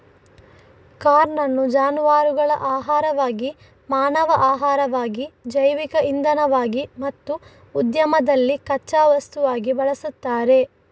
corn ಅನ್ನು ಜಾನುವಾರುಗಳ ಆಹಾರವಾಗಿ, ಮಾನವ ಆಹಾರವಾಗಿ, ಜೈವಿಕ ಇಂಧನವಾಗಿ ಮತ್ತು ಉದ್ಯಮದಲ್ಲಿ ಕಚ್ಚಾ ವಸ್ತುವಾಗಿ ಬಳಸ್ತಾರೆ